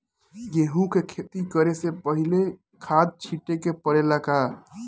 गेहू के खेती करे से पहिले खाद छिटे के परेला का?